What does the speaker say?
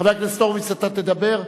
חבר הכנסת הורוביץ, אתה תדבר?